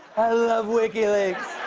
i love wikileaks.